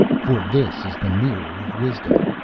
for this is the mirror of wisdom.